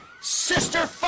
Sister